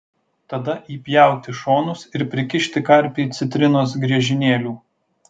tada įpjauti šonus ir prikišti karpį citrinos griežinėlių